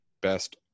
best